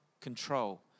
control